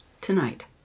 tonight